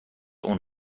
اون